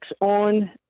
on